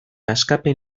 askapen